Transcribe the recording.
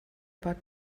about